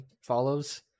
follows